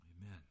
Amen